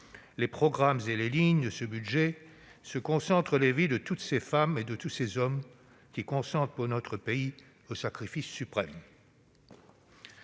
les programmes et les lignes de ce budget, se concentrent les vies de toutes ces femmes et de tous ces hommes qui consentent pour notre pays au sacrifice suprême.